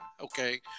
okay